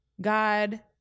God